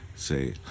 Say